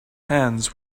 hands